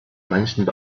manchen